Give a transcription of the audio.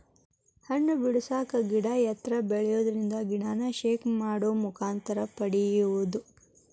ಹಣ್ಣ ಬಿಡಸಾಕ ಗಿಡಾ ಎತ್ತರ ಬೆಳಿಯುದರಿಂದ ಗಿಡಾನ ಶೇಕ್ ಮಾಡು ಮುಖಾಂತರ ಪಡಿಯುದು